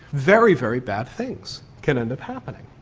very, very bad things can end up happening.